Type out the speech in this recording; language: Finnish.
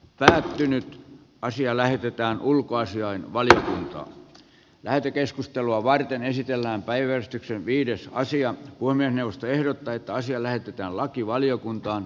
tähtinen asia lähetetään ulkoasiainvaliokuntaan lähetekeskustelua varten esitellään päivystyksen viidessä asian puiminen puhemiesneuvosto ehdottaa että asia lähetetään lakivaliokuntaan